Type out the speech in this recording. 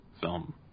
film